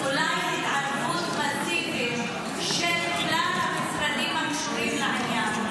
אולי התערבות מסיבית של כלל המשרדים הקשורים לעניין,